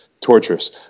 torturous